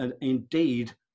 indeed